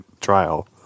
trial